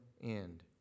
end